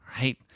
right